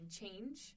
change